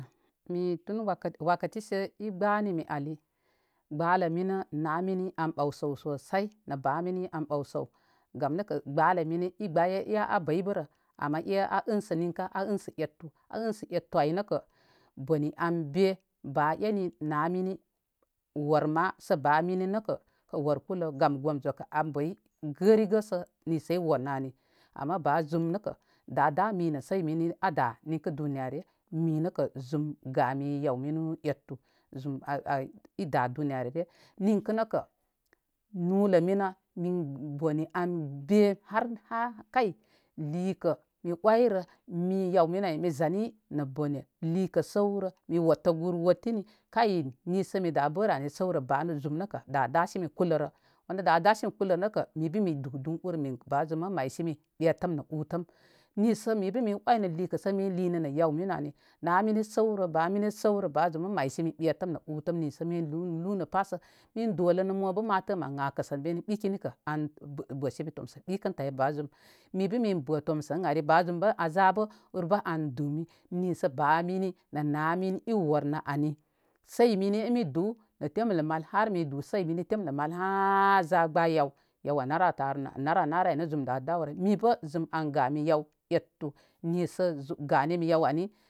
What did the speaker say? Mi tun wakati sə i gbə ni mi ali. Gbələ mini na mini an gbəw səw sosai na ba mini an gbəw səw gam nəkə gbələ mini i gbəye e a bəw bərə ama ce a əcə ninkə a ənsə ettu. A ənsə ettu ay nə kə boni an be ba ene na mini wər ma sə ba mini nəkə wər ma sə ba mini əkə war kulə gam gom zokə an bəy gərigə sə nisə i wər nə ani ama ba zum nəkə da dami nə sey mini a da' ninkə duni yarə re nəkə zum gami yaw minu ettu zum a a i da' duniyarə re. Ninkə nəkə nulə minə min bone an mbe' har har kai likə mi oyrə mi yaw minu ay mi zni nə bone likə səwrə mi wətə gur wətini kai nisə mi da bərə ani səwrə ba zum nəkə da dasin kulə re. Wanə da dasin kulərə nə kə mi bə mi du dun ur min ba zum mə məy simi ɓe təm nə utəm nisə mi mi oynə likə sə mi linə nə yaw mini ani. Na mini səwrə ba mini səwrə ba zum mə məy simi ɓetəm nə utəm nisə mi lunə pa sə mi dolə nə mo bə ma tə sə mə kəsə mini bikini kə an bəsebe tomsə ɓikənta ba zum mi bə min bə' tomsə ən ari ba zum bə an za bə urbə an du ni sə ba mini nə na mini i wər nə ani sey mini in mi du' nə temlə mal har mi du sey mini temlə mal hahhh za gbə yaw a narə tary a narə nare aw nə zum da dawrə. Mibə zum an gami yaw ettu nisə gani mi yaw ay ni.